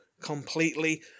completely